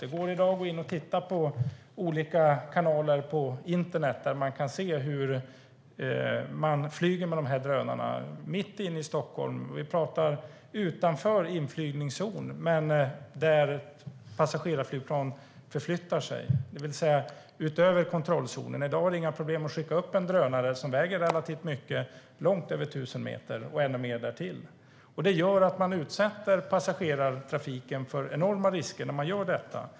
Det går i dag att titta på olika kanaler på internet där man kan se hur drönare flyger mitt inne i Stockholm. Det är utanför inflygningszonen men där passagerarflygplan förflyttar sig, det vill säga utöver kontrollzonen. I dag är det inga problem att skicka upp en drönare som väger relativt mycket långt över 1 000 meter. Man utsätter passagerartrafiken för enorma risker när man gör detta.